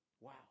Wow